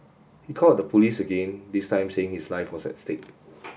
he called the police again this time saying his life was at stake